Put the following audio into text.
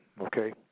okay